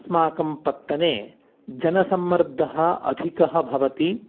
अस्माकं पत्तने जनसम्मर्दः अधिकः भवति